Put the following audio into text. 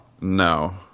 No